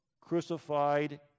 crucified